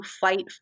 fight